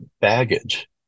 baggage